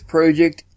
Project